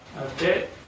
Okay